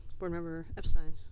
board member epstein.